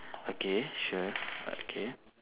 okay sure but okay